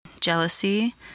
Jealousy